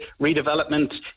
redevelopment